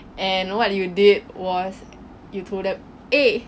and what do you did was you told them eh